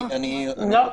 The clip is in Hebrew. לא.